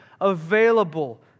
available